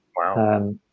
Wow